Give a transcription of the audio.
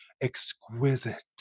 exquisite